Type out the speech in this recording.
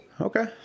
Okay